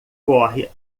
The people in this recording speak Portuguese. corre